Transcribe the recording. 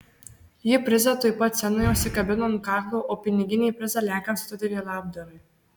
ji prizą tuoj pat scenoje užsikabino ant kaklo o piniginį prizą lenkams atidavė labdarai